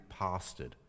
pastored